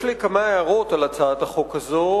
יש לי כמה הערות על הצעת החוק הזאת,